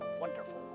wonderful